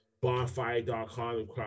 bonfire.com